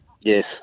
Yes